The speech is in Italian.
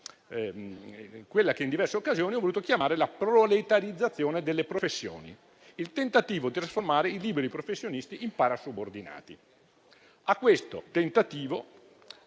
oggi intervenuti - ho voluto chiamare la proletarizzazione delle professioni, il tentativo di trasformare i liberi professionisti in parasubordinati. A questo tentativo